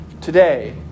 today